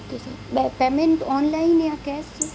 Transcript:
okay sir payment online या कैस